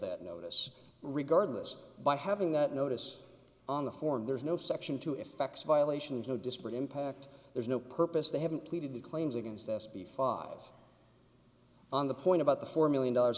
that notice regardless by having that notice on the form there's no section two effects violations no disparate impact there's no purpose they haven't pleaded the claims against s b five on the point about the four million dollars